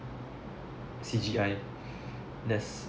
C_G_I that's